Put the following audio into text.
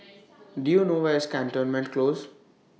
Do YOU know Where IS Cantonment Close